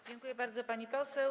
Dziękuję bardzo, pani poseł.